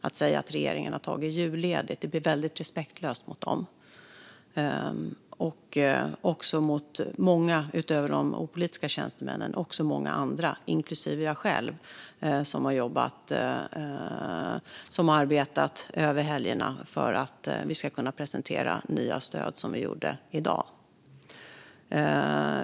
Att säga att regeringen har tagit julledigt är väldigt respektlöst mot dem, inte bara de opolitiska tjänstemännen utan också mot många andra, jag själv inkluderad, som har jobbat över helgerna för att vi skulle kunna presentera nya stöd i dag.